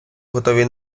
готові